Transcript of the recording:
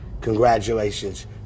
congratulations